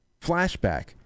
flashback